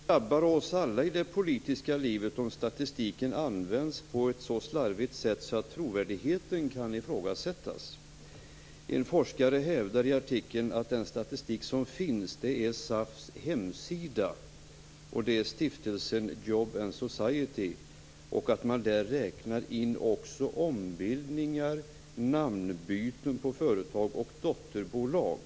Herr talman! Det drabbar oss alla i det politiska livet om statistiken används på ett så slarvigt sätt att trovärdigheten kan ifrågasättas. En forskare hävdar i artikeln i tidningen att den statistik som används är från SAF:s hemsida och Stiftelsen Jobs & Society och att man där räknar in också ombildningar, namnbyten på företag och dotterbolag.